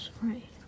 Sorry